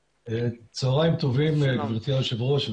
צהריים טובים גברתי יושבת הראש,